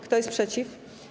Kto jest przeciw?